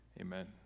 Amen